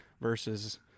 Versus